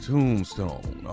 Tombstone